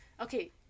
Okay